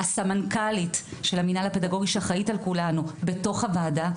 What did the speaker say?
הסמנכ"לית של המינהל הפדגוגי שאחראית על כולנו בתוך הוועדה,